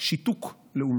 שיתוק לאומית.